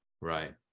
Right